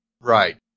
Right